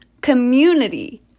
community